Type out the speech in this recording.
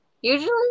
usually